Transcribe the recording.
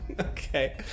Okay